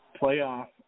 Playoff